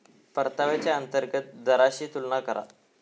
परताव्याच्या अंतर्गत दराशी तुलना करा